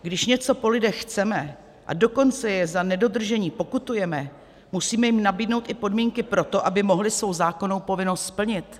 Když něco po lidech chceme, a dokonce je za nedodržení pokutujeme, musíme jim nabídnout i podmínky pro to, aby mohli svou zákonnou povinnost splnit.